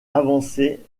avancer